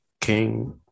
king